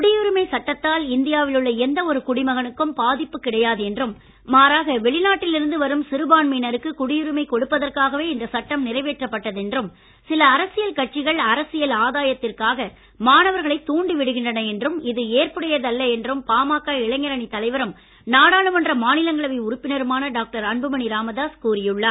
குடியுரிமை சட்டத்தால் இந்தியாவில் உள்ள எந்த ஒரு குடிமகனுக்கும் பாதிப்பு கிடையாது என்றும் மாறாக வெளிநாட்டிலிருந்து வரும் சிறுபான்மையினருக்கு குடியுரிமை கொடுப்பதற்காகவே இந்த சட்டம் நிறைவேற்றப்பட்டது என்றும் சில அரசியல் கட்சிகள் அரசியல் ஆதாயத்திற்காக மாணவர்களை தூண்டி விடுகின்றன என்றும் இது ஏற்புடையதல்ல என்றும் பாமக இளைஞர் அணி தலைவரும் நாடாளுமன்ற மாநிலங்களைவை உறுப்பினருமான டாக்டர் அன்புமணி ராமதாஸ் கூறியுள்ளார்